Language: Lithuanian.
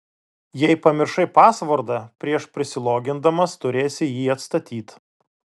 jei pamiršai pasvordą prieš prisilogindamas turėsi jį atstatyt